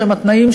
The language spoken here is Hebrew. שהם התנאים,